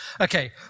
Okay